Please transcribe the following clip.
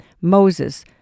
Moses